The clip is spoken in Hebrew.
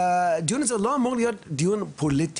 הדיון הזה לא אמור להיות דיון פוליטי.